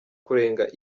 kurenga